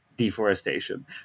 deforestation